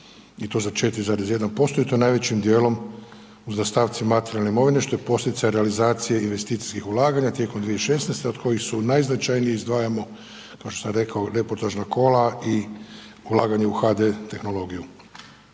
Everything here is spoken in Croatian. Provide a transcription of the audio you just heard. i to za 4,1% i to najvećim dijelom u zastavci materijalne imovine, što je posljedica realizacije investicijskih ulaganja tijekom 2016. od kojih su najznačajnije izdvajamo, kao što sam rekao reportažna kola i ulaganje u HD tehnologiju,